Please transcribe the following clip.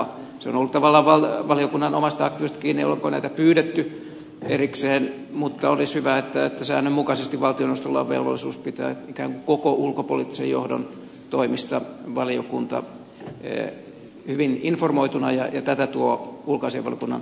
se on ollut tavallaan valiokunnan omasta aktiivisuudesta kiinni onko näitä pyydetty erikseen mutta olisi hyvä että säännönmukaisesti valtioneuvostolla on velvollisuus pitää ikään kuin koko ulkopoliittisen johdon toimista valiokunta hyvin informoituna ja tätä tuo ulkoasiainvaliokunnan lausuma tarkoittaa